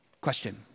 Question